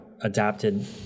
adapted